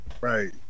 Right